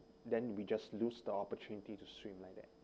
then we just lose the opportunity to swim like that